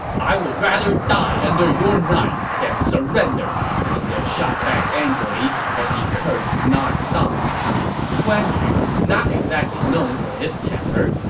i would rather die under your knife than surrender! pang de shot back angrily as he cursed nonstop guan yu, not known for his temper,